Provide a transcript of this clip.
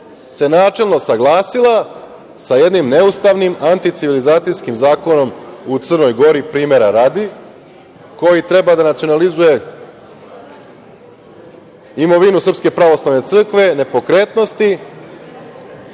smo, načelno se saglasila sa jednim neustavnim, anti-civilizacijskim zakonom u Crnoj Gori, primera radi, koji treba da nacionalizuje imovinu Srpske Pravoslavne Crkve, nepokretnosti,